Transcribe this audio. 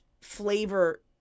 flavor